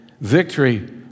victory